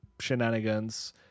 shenanigans